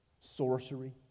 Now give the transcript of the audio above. sorcery